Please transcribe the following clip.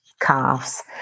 calves